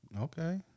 Okay